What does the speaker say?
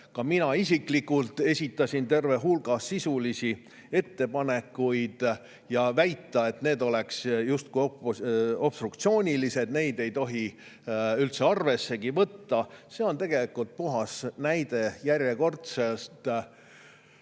Ka mina isiklikult esitasin terve hulga sisulisi ettepanekuid. Väide, et need on justkui obstruktsioonilised, neid ei tohiks üldse arvessegi võtta, on puhas näide järjekordselt